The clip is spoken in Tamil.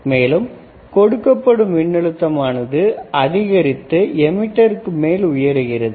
மேலும் கொடுக்கப்படும் மின்னழுத்தம் ஆனது அதிகரித்து எமிட்க்குமேல் உயருகிறது